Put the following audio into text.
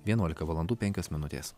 vienuolika valandų penkios minutės